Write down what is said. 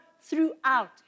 throughout